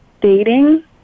dating